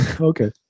Okay